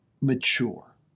mature